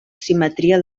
simetria